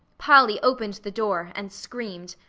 polly opened the door, and screamed.